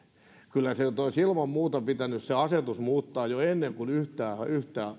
kyllä se asetus nyt olisi ilman muuta pitänyt muuttaa jo ennen kuin tätä hakua yhtään